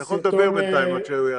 אתה יכול לדבר בינתיים עד שהוא יעלה.